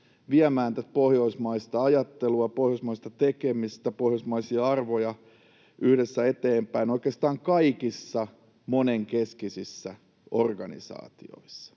viemään pohjoismaista ajattelua, pohjoismaista tekemistä, pohjoismaisia arvoja, eteenpäin oikeastaan kaikissa monenkeskisissä organisaatioissa.